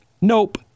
Nope